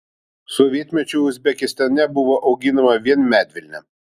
sovietmečiu uzbekistane buvo auginama vien medvilnė